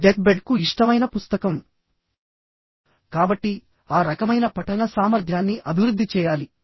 death bed కు ఇష్టమైన పుస్తకం కాబట్టిఆ రకమైన పఠన సామర్థ్యాన్ని అభివృద్ధి చేయాలి